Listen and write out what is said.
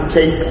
take